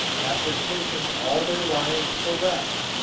after searching all their lives for wrecks,